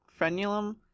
frenulum